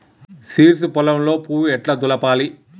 Seeds పొలంలో పువ్వు ఎట్లా దులపాలి?